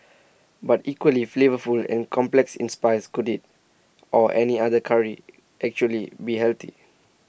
but equally flavourful and complex in spice could IT or any other Curry actually be healthy